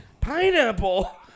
pineapple